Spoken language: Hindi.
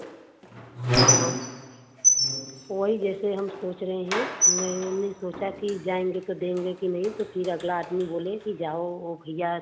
हाँ हाँ वही जैसे हम सोच रहे हैं मैंने यह सोचा कि जाएँगे तो देंगे कि नहीं तो अगला आदमी बोले की जाओ वह भैया